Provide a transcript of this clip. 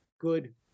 good